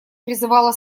призывала